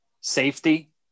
safety